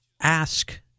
ask